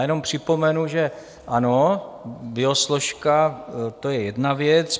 Jenom připomenu, že ano, biosložka, to je jedna věc.